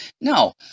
No